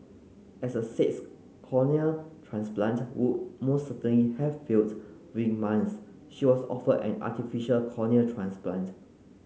as a sixth cornea transplant would most certainly have failed with months she was offered an artificial cornea transplant